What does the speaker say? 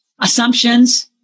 assumptions